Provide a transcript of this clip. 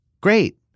Great